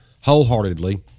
wholeheartedly